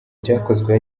byakozwe